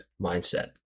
mindset